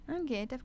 Okay